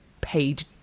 paid